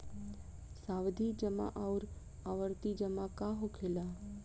सावधि जमा आउर आवर्ती जमा का होखेला?